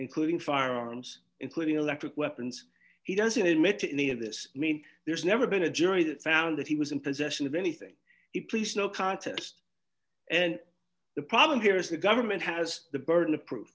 including firearms including electric weapons he doesn't admit to any of this mean there's never been a jury that found that he was in possession of anything it please no contest and the problem here is the government has the burden of proof